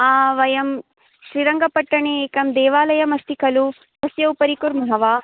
वयं श्रीरङ्गपट्टणे एकं देवालयम् अस्ति खलु तस्य उपरि कुर्मः वा